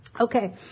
Okay